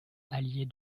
alliée